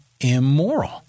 immoral